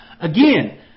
Again